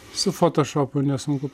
su fotošopu nesunku